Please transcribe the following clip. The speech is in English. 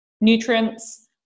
nutrients